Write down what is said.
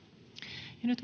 nyt